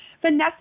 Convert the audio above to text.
Vanessa